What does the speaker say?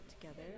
together